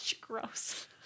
Gross